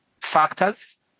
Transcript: factors